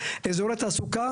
אזורי תעסוקה,